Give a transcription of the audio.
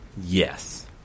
Yes